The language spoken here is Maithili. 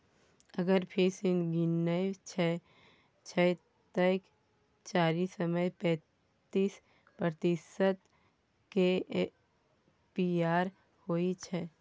अगर फीस गिनय छै तए चारि सय पैंतीस प्रतिशत केर ए.पी.आर होइ छै